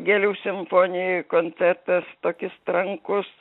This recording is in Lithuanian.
gėlių simfonijoj koncertas tokis trankus